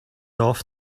off